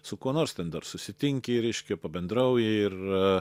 su kuo nors ten dar susitinki reiškia pabendrauji ir